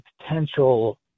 potential